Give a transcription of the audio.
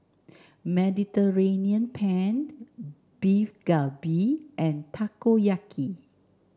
Mediterranean Penne Beef Galbi and Takoyaki